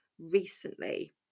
recently